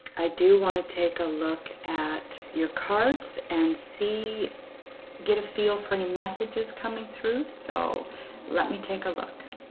i do want to take a look at your carts and see get a feel for any messages coming through. so let me take a look